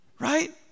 right